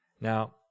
Now